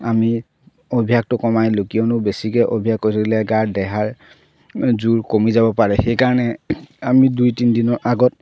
আমি অভ্যাসটো কমাই দিলো কিয়নো বেছিকে অভ্যাস কৰিলে গাৰ দেহাৰ জোৰ কমি যাব পাৰে সেইকাৰণে আমি দুই তিনদিনৰ আগত